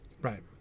Right